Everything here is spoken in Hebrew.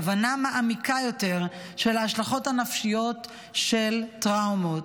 והבנה מעמיקה יותר של ההשלכות הנפשיות של טראומות.